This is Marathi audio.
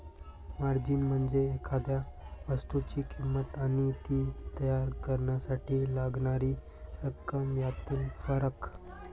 मार्जिन म्हणजे एखाद्या वस्तूची किंमत आणि ती तयार करण्यासाठी लागणारी रक्कम यातील फरक